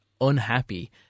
unhappy